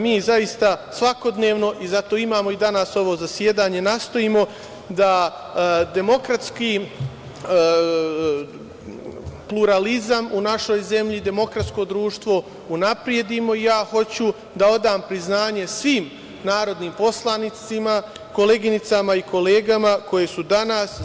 Mi zaista svakodnevno, i zato imamo danas ovo zasedanje, nastojimo da demokratski pluralizam i demokratsko društvo unapredimo i ja hoću da odam priznanje svim narodnim poslanicima, koleginicama i kolegama koje su danas ovde.